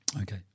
Okay